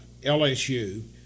LSU